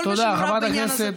כל מי שמעורב בעניין הזה,